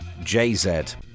JZ